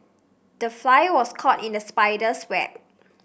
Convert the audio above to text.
the fly was caught in the spider's web